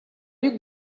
you